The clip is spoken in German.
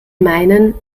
meinen